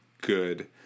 good